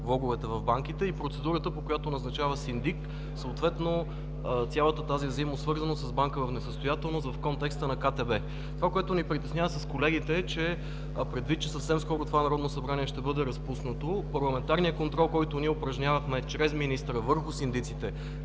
в банките и процедурата, по която назначава синдик, съответно цялата тази взаимосвързаност с банка в несъстоятелност в контекста на КТБ. Това, което ни притеснява с колегите, че предвид, че съвсем скоро това Народно събрание ще бъде разпуснато, парламентарният контрол, който упражнявахме чрез министъра върху синдиците